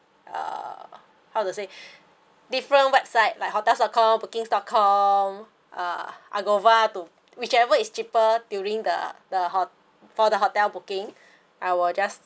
uh how to say different website like hotels dot com booking dot com uh I go over to whichever is cheaper during the the ho~ for the hotel booking I will just